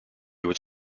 would